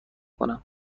کنم